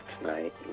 tonight